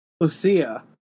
Lucia